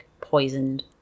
poisoned